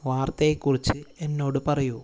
വാർത്തയെക്കുറിച്ച് എന്നോട് പറയൂ